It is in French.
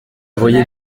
voyais